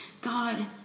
God